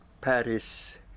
Paris